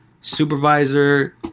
supervisor